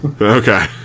Okay